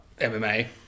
MMA